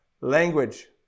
language